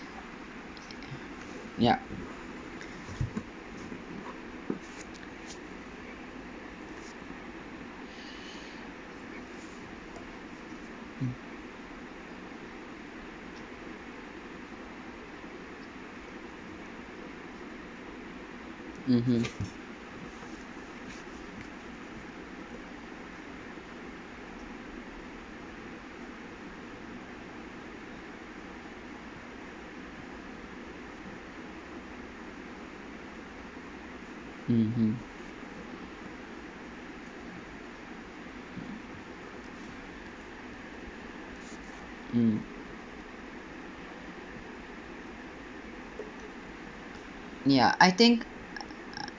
ya mm mmhmm mmhmm mm ya I think